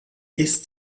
ist